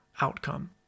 outcome